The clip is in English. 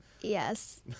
Yes